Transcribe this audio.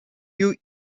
you